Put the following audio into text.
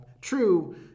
true